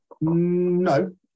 No